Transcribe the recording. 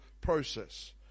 process